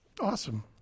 Awesome